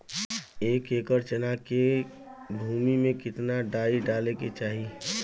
एक एकड़ चना के भूमि में कितना डाई डाले के चाही?